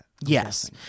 Yes